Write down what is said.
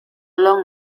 long